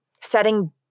setting